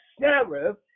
sheriff